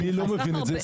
אני לא מבין את זה.